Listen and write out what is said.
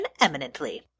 eminently